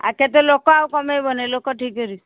ଆଉ କେତେ ଲୋକ ଆଉ କମେଇବନି ଲୋକ ଠିକ କରି